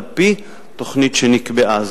על-פי תוכנית שנקבעה.